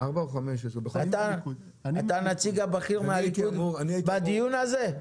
אתה הנציג הבכיר מהליכוד בדיון הזה?